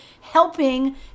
helping